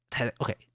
okay